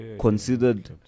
considered